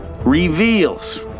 reveals